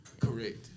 correct